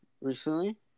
recently